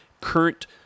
current